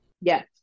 Yes